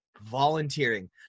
volunteering